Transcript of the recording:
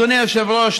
אדוני היושב-ראש,